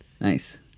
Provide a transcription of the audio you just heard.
Nice